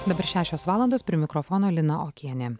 dabar šešios valandos prie mikrofono lina okienė